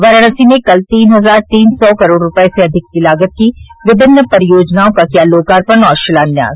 वाराणसी में कल तीन हजार तीन सौ करोड़ रूपये से अधिक लागत की विभिन्न परियोजनाओं का किया लोकार्पण और शिलान्यास